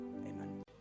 Amen